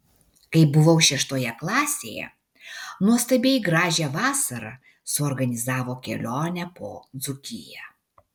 kai buvau šeštoje klasėje nuostabiai gražią vasarą suorganizavo kelionę po dzūkiją